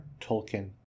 Tolkien